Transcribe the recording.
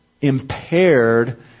impaired